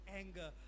anger